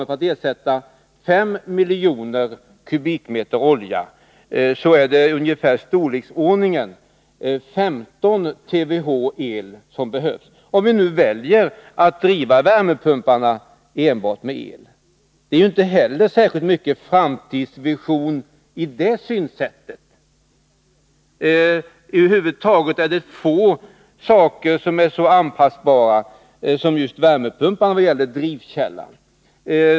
För att ersätta 5 miljoner kubikmeter olja behövs ungefär 15 TWh el, om vi väljer att driva värmepumparna med enbart el. Det är inte särskilt mycket framtidsvision i det. Över huvud taget är det få saker som är så anpassbara som just värmepumparna när det gäller drivkällan.